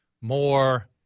more